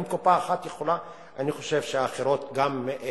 אם קופה אחת יכולה, אני חושב שאחרות גם יכולות.